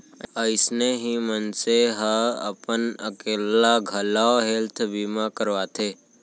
अइसने ही मनसे ह अपन अकेल्ला घलौ हेल्थ बीमा करवाथे